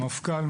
המפכ"ל,